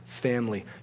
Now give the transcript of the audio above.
family